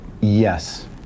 Yes